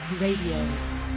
Radio